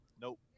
Nope